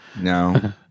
no